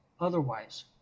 Otherwise